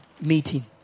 meeting